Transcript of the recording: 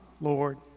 Lord